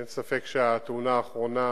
אין ספק שהתאונה האחרונה,